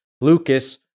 Lucas